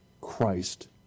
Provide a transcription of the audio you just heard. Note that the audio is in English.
Christ